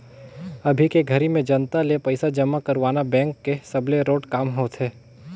अभी के घरी में जनता ले पइसा जमा करवाना बेंक के सबले रोंट काम होथे